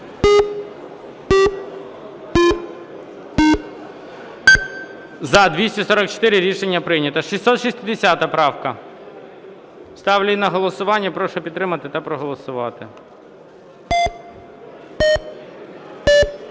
За-244 Рішення прийнято. 660 правка. Ставлю її на голосування. Прошу підтримати та проголосувати.